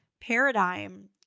paradigm